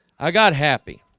i got happy